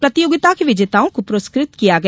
प्रतियोगिता के विजेताओं को पुरस्कृत किया गया